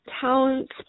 talents